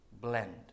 blend